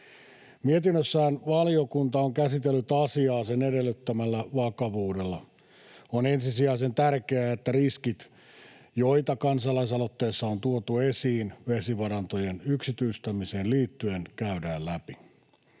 Mietinnössään valiokunta on käsitellyt asiaa sen edellyttämällä vakavuudella. On ensisijaisen tärkeää, että riskit, joita kansalaisaloitteessa on tuotu esiin vesivarantojen yksityistämiseen liittyen, käydään läpi.